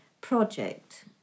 project